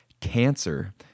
cancer